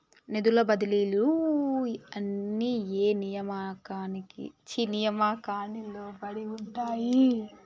నిధుల బదిలీలు అన్ని ఏ నియామకానికి లోబడి ఉంటాయి?